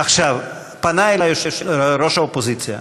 עכשיו, פנה אלי ראש האופוזיציה,